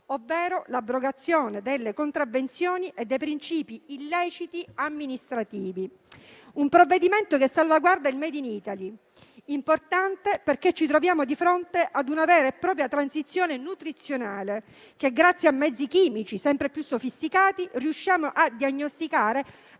ovvero l'abrogazione delle contravvenzioni e dei principi illeciti amministrativi. Il provvedimento salvaguarda il *made in Italy* ed è importante perché ci troviamo di fronte a una vera e propria transizione nutrizionale tale per cui, grazie a mezzi chimici sempre più sofisticati, riusciamo a diagnosticare